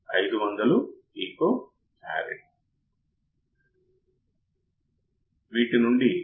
ఆప్ amp యొక్క input కరెంట్ను draw చేయదు కానీ అవుట్పుట్ ఇలా కాదు